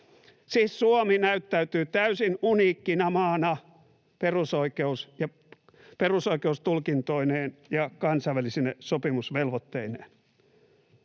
Suomi näyttäytyy täysin uniikkina maana perusoikeustulkintoineen ja kansainvälisine sopimusvelvoitteineen.